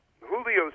Julio